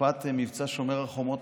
בתקופת מבצע שומר החומות,